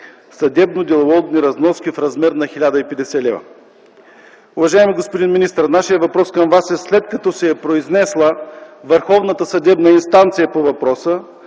съдебно-деловодни разноски в размер на 1050 лв. Уважаеми господин министър, нашият въпрос към Вас е, след като се е произнесла върховната съдебна инстанция по въпроса,